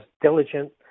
diligent